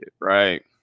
right